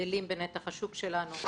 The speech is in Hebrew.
גדלים בנתח השוק שלנו.